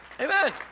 Amen